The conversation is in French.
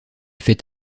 fait